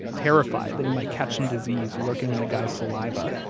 terrified that he might catch some disease lurking in the guy's saliva,